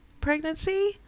pregnancy